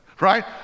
Right